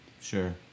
Sure